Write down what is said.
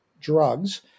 drugs